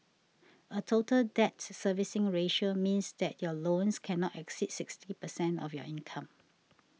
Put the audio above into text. a Total Debt Servicing Ratio means that your loans cannot exceed sixty percent of your income